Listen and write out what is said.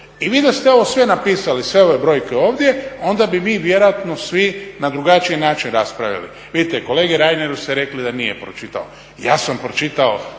I vi da ste ovo sve napisali, sve ove brojke ovdje, onda bi mi vjerojatno svi na drugačiji način raspravili. Vidite kolegi Reineru ste rekli da nije pročitao, ja sam pročitao